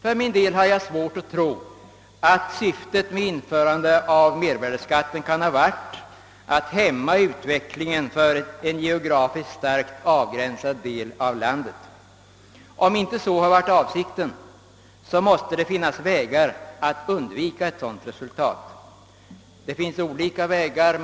För min del har jag svårt att tro att syftet med införandet av mervärdeskatten kan ha varit att hämma utveckligen för en geografiskt starkt avgränsad del av landet. Om inte så har varit avsikten, måste det vara möjligt att undvika ett sådant resultat. Det finns olika vägar att gå.